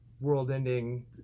world-ending